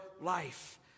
life